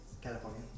California